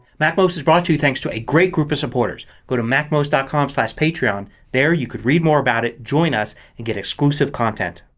macmost is brought to you thanks to a great group of supporters. go to macmost com patreon. there you could read more about it, join us and get exclusive content.